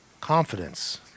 Confidence